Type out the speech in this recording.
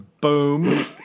boom